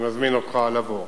אני מזמין אותך לבוא